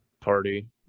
party